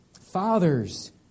fathers